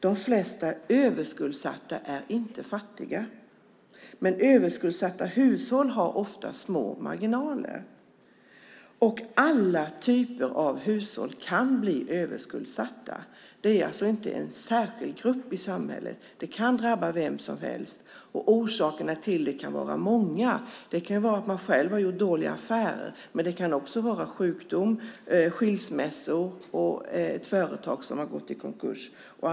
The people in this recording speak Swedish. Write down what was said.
De flesta överskuldsatta är inte fattiga, men överskuldsatta hushåll har ofta små marginaler. Alla typer av hushåll kan bli överskuldsatta. Det är alltså inte en särskild grupp i samhället; det kan drabba vem som helst, och orsakerna till det kan vara många. Det kan vara att man själv har gjort dåliga affärer, men det kan också vara sjukdom, skilsmässa eller ett företag som har gått i konkurs.